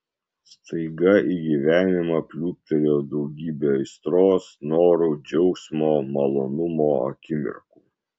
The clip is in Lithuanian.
staiga į gyvenimą pliūptelėjo daugybė aistros norų džiaugsmo malonumo akimirkų